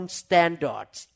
standards